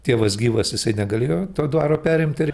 tėvas gyvas jisai negalėjo to dvaro perimti